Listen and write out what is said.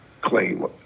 claim